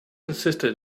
insisted